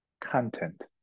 content